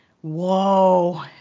Whoa